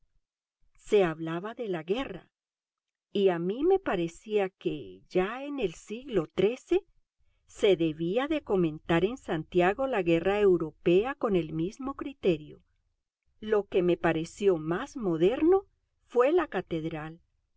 se hablaba de la guerra y a mí me parecía que ya en el siglo xiii se debía de comentar en santiago la guerra europea con el mismo criterio lo que me pareció más moderno fue la catedral